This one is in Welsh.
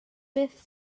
beth